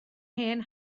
hen